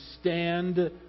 stand